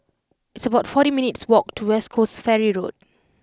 it's about forty minutes' walk to West Coast Ferry Road